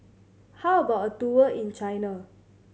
how about a tour in China